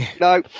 No